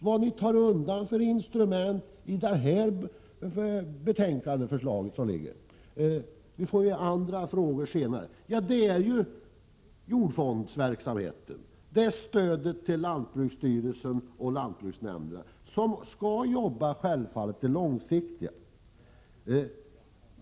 Vad ni tar undan i det betänkande som nu föreligger — vi får ju andra frågor senare — gäller jordfondsverksamheten, stödet till lantbruksstyrelsen och lantbruksnämnderna, som självfallet skall arbeta långsiktigt.